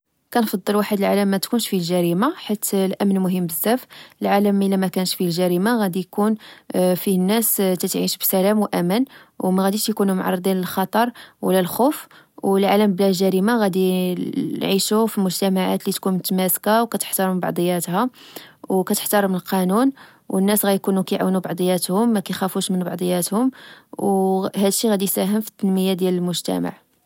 كنفضل واحد العالم متكونش فيه الجريمة حيت الأمن مهم بزاف. العالم اللي ما كانش فيه الجريمة، غدي يكون فيه الناس كتعيش بسلام وأمان، وماغاديش يكونوا معرضين للخطر أولا لخوف.و العالم بلا جريمة، غادي نعيشوا فمجتمعات اللي تكون متماسكة وكحترام بعضياتها و كتحتارم القانون، والناس غدي يعونو بعضياتهم، مكخفوش من بعضياتهم. هادشي غادي يساهم في فتنمية ديال المجتمع